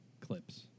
clips